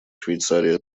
швейцария